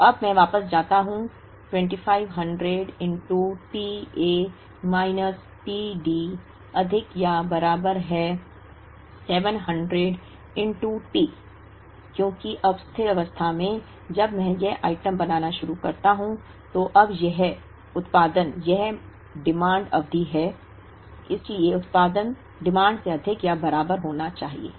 तो अब मैं वापस जाता हूं 2500 t A minus t D अधिक या बराबर है 700 T क्योंकि अब स्थिर अवस्था में जब मैं यह आइटम बनाना शुरू करता हूं तो अब यह उत्पादन यह मांग अवधि है इसलिए उत्पादन मांग से अधिक या बराबर होना चाहिए